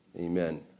Amen